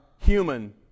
human